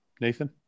Nathan